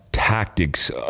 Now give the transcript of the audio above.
tactics